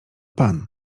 pan